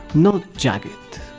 not jagged.